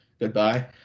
Goodbye